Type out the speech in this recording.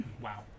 Wow